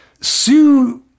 Sue